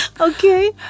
Okay